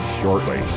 shortly